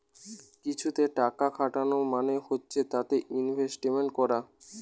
কিছুতে টাকা খাটানো মানে হচ্ছে তাতে ইনভেস্টমেন্ট করা